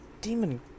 demon